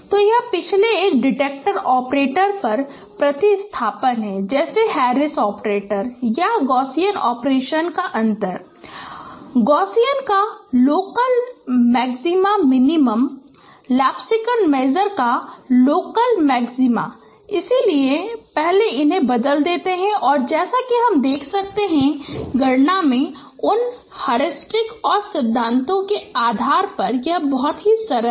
तो यह पिछले एक डिटेक्टर ऑपरेटर का प्रतिस्थापन है जैसे हैरिस ऑपरेटर या गॉसियन ऑपरेशंस का अंतर गॉसियन का max local maximum Laplacian measure का लोकल मैक्सिमा इसलिए पहले उन्हें बदल देते है और जैसा कि हम देख सकते हैं कि गणना उन हयूरिस्टिक और सिद्धांतों के आधार पर बहुत सरल है